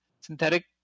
synthetic